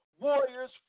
warriors